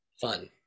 fun